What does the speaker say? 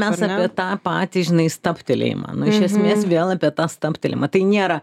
mes apie tą patį žinai stabtelėjimą nu iš esmės vėl apie tą stabtelėjimą tai nėra